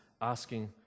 asking